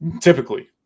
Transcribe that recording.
Typically